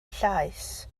llaes